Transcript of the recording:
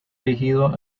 erigido